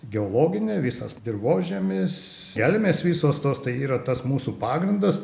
geologinė visas dirvožemis gelmės visos tos tai yra tas mūsų pagrindas